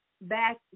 back